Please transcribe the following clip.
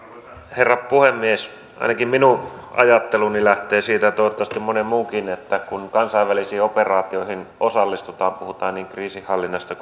herra puhemies ainakin minun ajatteluni lähtee siitä ja toivottavasti monen muunkin että kun kansainvälisiin operaatioihin osallistutaan puhutaan niin kriisinhallinnasta